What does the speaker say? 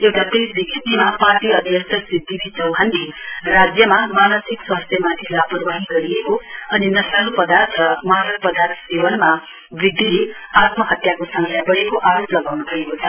एउटा प्रेस विज्ञप्तीमा पार्टी अध्यक्ष श्री डीवी चौहानले राज्यमा मानसिक स्वास्थ्यमाथि लापरवाही गरिएको अनि नशालु पदार्थ र मादक पदार्थ सेवनमा वृध्दिले आत्महत्याको संख्या व्रेको आरोप लगाउनु भएको छ